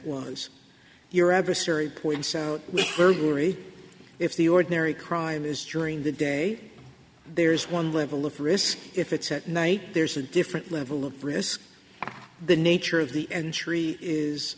is your adversary burglary if the ordinary crime is during the day there's one level of risk if it's at night there's a different level of risk the nature of the injury is